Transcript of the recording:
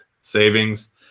savings